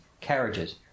carriages